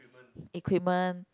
equipment